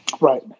Right